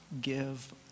give